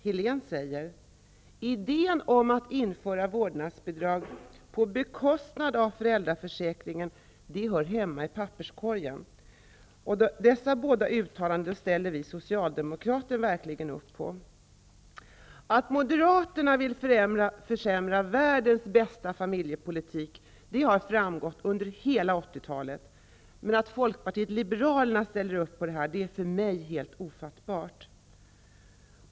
Helen Odenljung säger: Idén om att införa vårdnadsbidrag på bekostnad av föräldraförsäkringen hör hemma i papperskorgen. Dessa båda uttalanden ställer vi socialdemokrater verkligen upp på. Att Moderaterna vill försämra världens bästa familjepolitik har framgått under hela 80-talet. Men att Folkpartiet liberalerna ställer upp på detta är för mig helt ofattbart.